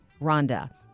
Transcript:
Rhonda